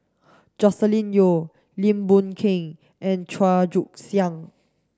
Joscelin Yeo Lim Boon Keng and Chua Joon Siang